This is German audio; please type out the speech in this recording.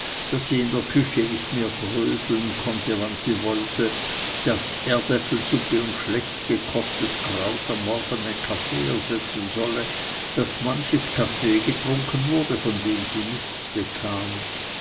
daß sie in der küche nicht mehr bröseln konnte wann sie wollte daß erdäpfelsuppe und schlecht gekochtes kraut am morgen den kaffee ersetzen sollte daß manches kaffee getrunken wurde von dem sie nichts bekam